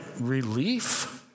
relief